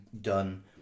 done